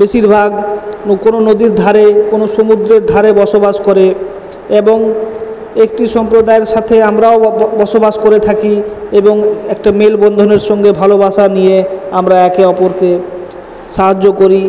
বেশিরভাগ কোনো নদীর ধারে কোনো সমুদ্রের ধারে বসবাস করে এবং একটি সম্প্রদায়ের সাথে আমরাও বসবাস করে থাকি এবং একটা মেলবন্ধনের সঙ্গে ভালোবাসা নিয়ে আমরা একে অপরকে সাহায্য করি